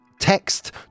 text